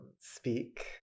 speak